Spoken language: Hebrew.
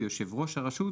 ויושב ראש הרשות